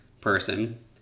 person